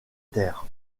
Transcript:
terre